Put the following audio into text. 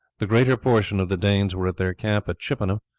the greater portion of the danes were at their camp at chippenham,